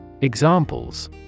Examples